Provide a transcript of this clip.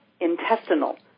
Intestinal